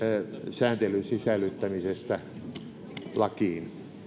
sääntelyn sisällyttämisestä lakiin